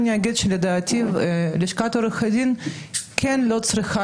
אני אומר שלדעתי לשכת עורכי הדין לא צריכה